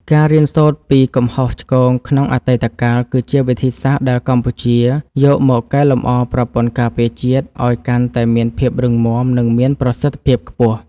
ការរៀនសូត្រពីកំហុសឆ្គងក្នុងអតីតកាល គឺជាវិធីសាស្ត្រដែលកម្ពុជាយកមកកែលម្អប្រព័ន្ធការពារជាតិ ឱ្យកាន់តែមានភាពរឹងមាំ និងមានប្រសិទ្ធភាពខ្ពស់។